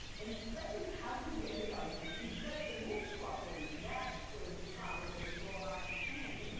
and especially, how do we get the government to set the rules properly? that sort of becomes, as you go up the chain,